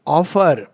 offer